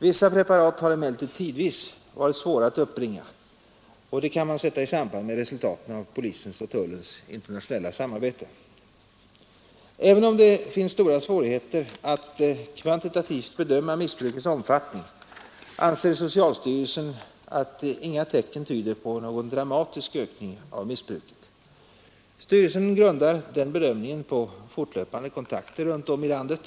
Vissa preparat har emellertid tidvis varit svåra att uppbringa, vilket kan sättas i samband med resultaten av polisens och tullens internationella samarbete. Även om det föreligger stora svårigheter att kvantitativt bedöma missbrukets omfattning anser socialstyrelsen att inga tecken tyder på en dramatisk ökning av missbruket. Styrelsen grundar denna bedömning på fortlöpande kontakter runt om i landet.